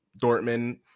dortmund